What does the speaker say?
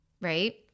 right